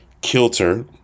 kilter